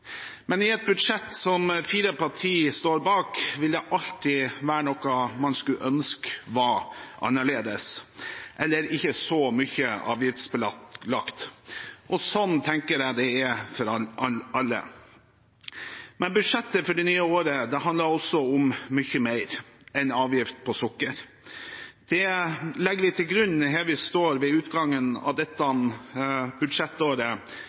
Men i et budsjett som fire partier står bak, vil det alltid være noe man skulle ønske var annerledes – eller ikke så mye avgiftsbelagt. Og sånn tenker jeg det er for alle. Budsjettet for det nye året handler om mye mer enn avgift på sukker. Det legger vi til grunn. Her vi står ved utgangen av dette budsjettåret,